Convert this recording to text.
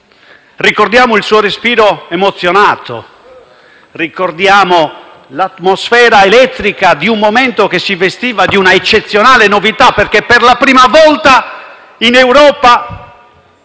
ricordiamo il suo respiro emozionato, ricordiamo l'atmosfera elettrica di un momento che si vestiva di un'eccezionale novità, perché per la prima volta in Europa